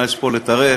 מה יש פה לספר?